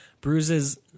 bruises